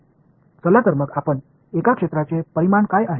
चला तर मग आपण एका क्षेत्राचे परिमाण काय आहे